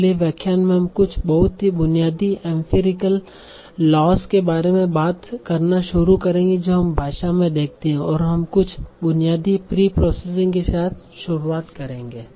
अगले व्याख्यान में हम कुछ बहुत ही बुनियादी एम्पिरिकल लॉज़ के बारे में बात करना शुरू करेंगे जो हम भाषा में देखते हैं और हम कुछ बुनियादी प्री प्रोसेसिंग के साथ शुरू करेंगे